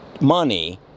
money